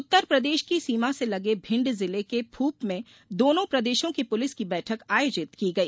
उत्तरप्रदेश की सीमा से लगे भिंड जिले के फूप में दोनों प्रदेशों की पुलिस की बैठक आयोजित की गई